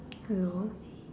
hello